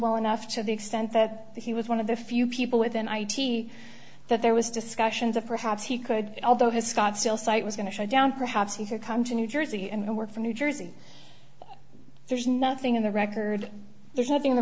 well enough to the extent that he was one of the few people within i t that there was discussion that perhaps he could although his scottsdale site was going to shut down perhaps he could come to new jersey and work from new jersey there's nothing in the record there's nothing